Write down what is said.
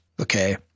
okay